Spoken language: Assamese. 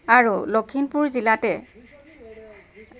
আৰু লখিমপুৰ জিলাতে